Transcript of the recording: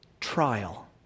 trial